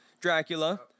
Dracula